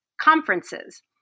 conferences